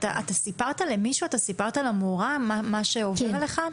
האם סיפרת למורה שלך מה שעובר עליך?